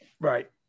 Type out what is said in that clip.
Right